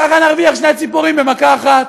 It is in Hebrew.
ככה נרוויח שתי ציפורים במכה אחת: